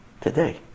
today